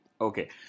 Okay